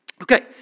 Okay